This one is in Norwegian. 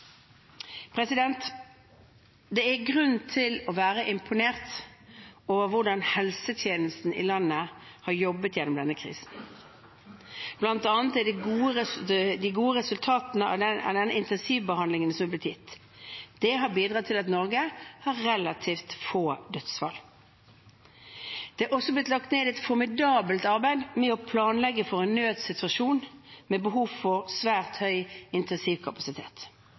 Det er grunn til å være imponert over hvordan helsetjenesten i landet har jobbet gjennom denne krisen. Blant annet er det gode resultater av den intensivbehandlingen som er blitt gitt. Det har bidratt til at Norge har relativt få dødsfall. Det er også blitt lagt ned et formidabelt arbeid med å planlegge for en nødsituasjon med behov for svært høy